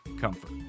comfort